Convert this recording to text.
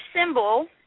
symbol